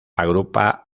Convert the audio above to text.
agrupa